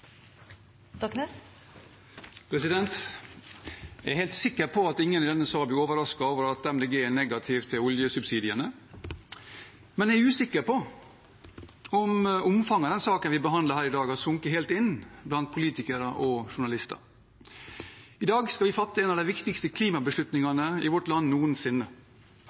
Jeg er helt sikker på at ingen i denne salen blir overrasket over at Miljøpartiet De Grønne er negativ til oljesubsidiene, men jeg er usikker på om omfanget av denne saken vi behandler her i dag, har sunket helt inn blant politikere og journalister. I dag skal vi fatte en av de viktigste klimabeslutningene i vårt land noensinne.